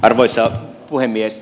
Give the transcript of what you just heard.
arvoisa puhemies